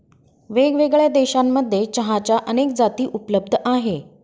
वेगळ्यावेगळ्या देशांमध्ये चहाच्या अनेक जाती उपलब्ध आहे